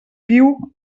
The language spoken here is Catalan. piu